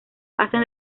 hacen